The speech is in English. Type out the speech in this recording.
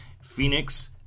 Phoenix